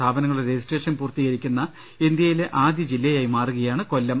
സ്ഥാപനങ്ങളുടെ രജിസ്ട്രേഷൻ പൂർത്തീ കരിക്കുന്ന ഇന്ത്യയിലെ ആദ്യ ജില്ലയായി മാറുകയാണ് കൊല്ലം